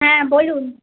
হ্যাঁ বলুন